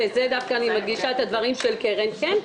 וכאן דווקא אני מדגישה את הדברים של קרן ברק כן,